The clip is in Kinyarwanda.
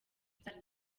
ibyara